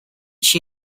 she